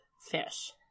Fish